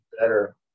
better